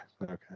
Okay